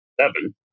seven